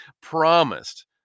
promised